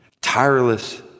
Tireless